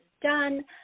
done